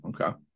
okay